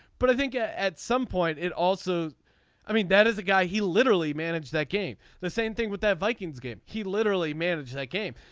but i think ah at some point it also i mean that is a guy he literally managed that game. the same thing with that vikings game. he literally managed that game.